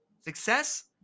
success